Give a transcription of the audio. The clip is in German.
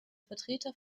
vertreter